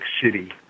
City